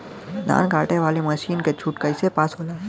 धान कांटेवाली मासिन के छूट कईसे पास होला?